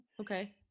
okay